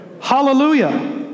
Hallelujah